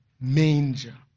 manger